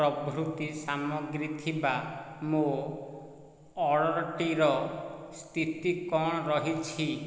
ପ୍ରଭୃତି ସାମଗ୍ରୀ ଥିବା ମୋ ଅର୍ଡ଼ର୍ଟିର ସ୍ଥିତି କ'ଣ ରହିଛି